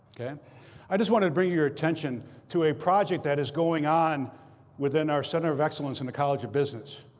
and i just wanted to bring your attention to a project that is going on within our center of excellence in the college of business.